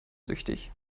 süchtig